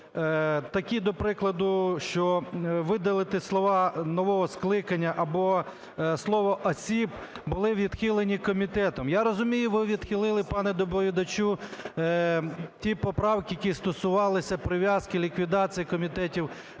такі, до прикладу, що видалити слова "нового скликання" або слово "осіб", були відхилені комітетом? Я розумію ви відхилили, пане доповідачу, ті поправки, які стосувалися прив'язки ліквідації комітетів,